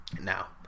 Now